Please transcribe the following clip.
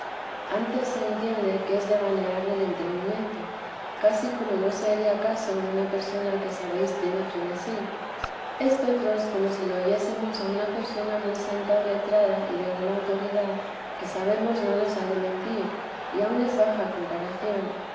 antes se entiende que es devanear del entendimiento casi como no se haría caso de una persona que sabéis tiene frenesí estotro es como si lo oyésemos a una persona muy santa o letrada y de gran autoridad que sabemos no nos ha de mentir y aun es baja comparación